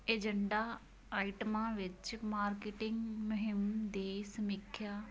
agenda ਆਈਟਮਾਂ ਵਿੱਚ marketing ਮੁਹਿੰਮ ਦੀ ਸਮੀਖਿਆ